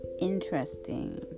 interesting